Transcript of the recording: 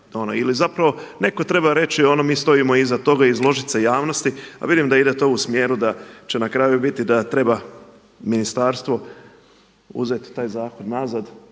Ili zapravo netko treba reći ono mi stojimo iza toga, izložit se javnosti, a vidim da ide to u smjeru da će na kraju biti da treba ministarstvo uzeti taj zakon nazad,